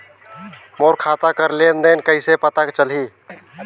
मोर खाता कर लेन देन कइसे पता चलही?